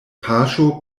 paŝo